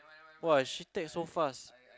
!wah! she text so fast